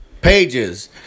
pages